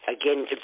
Again